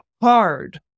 hard